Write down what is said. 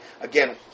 again